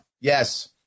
Yes